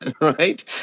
Right